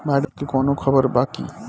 बाढ़ के कवनों खबर बा की?